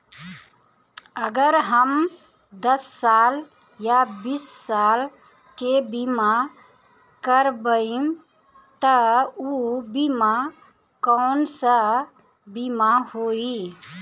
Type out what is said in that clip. अगर हम दस साल या बिस साल के बिमा करबइम त ऊ बिमा कौन सा बिमा होई?